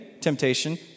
temptation